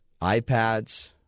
iPads